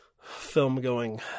film-going